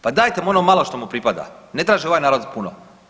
Pa dajte mu ono malo što mu pripada, ne traži ovaj narod puno.